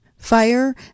fire